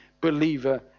believer